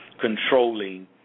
controlling